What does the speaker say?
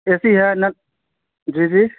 اے C ہے جی جی